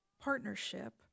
partnership